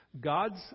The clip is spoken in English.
God's